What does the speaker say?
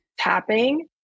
tapping